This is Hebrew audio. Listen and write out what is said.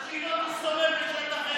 אז, העיתונאית,